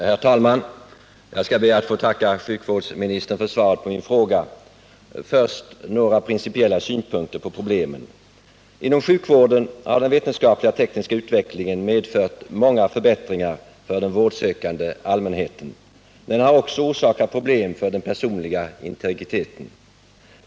Herr talman! Jag ber att få tacka sjukvårdsministern för svaret på min fråga. Till att börja med vill jag anlägga några principiella synpunkter på problemen. Inom sjukvården har den vetenskapliga och tekniska utvecklingen medfört många förbättringar för den vårdsökande allmänheten, men den har också orsakat problem när det gäller den personliga integriteten.